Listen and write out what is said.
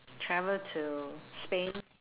travel to spain